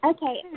Okay